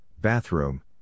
bathroom